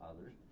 others